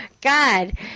God